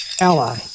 ally